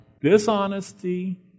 Dishonesty